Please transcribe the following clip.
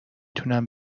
تونم